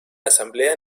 asamblea